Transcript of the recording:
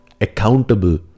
accountable